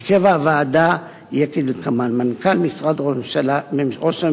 2. הרכב הוועדה יהיה כדלקמן: מנכ"ל משרד ראש הממשלה,